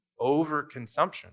overconsumption